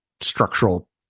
structural